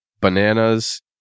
bananas